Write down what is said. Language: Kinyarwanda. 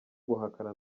guhakana